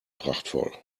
prachtvoll